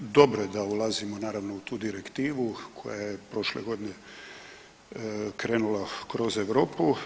Dobro je da ulazimo naravno, u tu direktivu koja je prošle godine krenula kroz Europe.